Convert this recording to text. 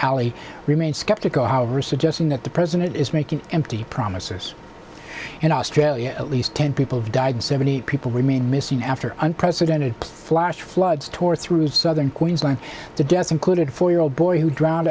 alie remain skeptical however suggesting that the president is making empty promises in australia at least ten people have died seventy eight people remain missing after unprecedented flash floods tore through southern queensland the deaths included four year old boy who drowned